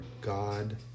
God